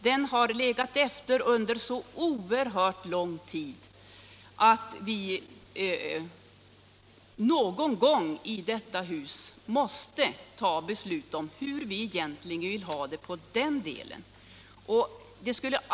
Den har försummats under så oerhört lång tid och någon gång måste vi här i huset fatta beslut om hur vi egentligen vill ha det i den delen.